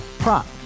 Prop